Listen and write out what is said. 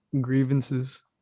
grievances